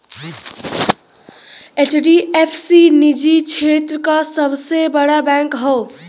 HDFC निजी क्षेत्र क सबसे बड़ा बैंक हौ